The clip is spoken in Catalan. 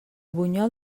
bunyol